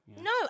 No